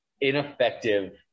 ineffective